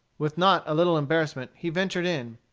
with not a little embarrassment, he ventured in.